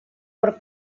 por